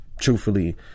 truthfully